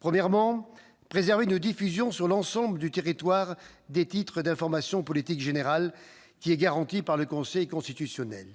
premièrement, préserver une diffusion sur l'ensemble du territoire des titres d'information politique générale, qui est garantie par le Conseil constitutionnel ;